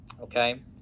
Okay